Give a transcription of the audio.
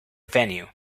venue